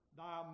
thy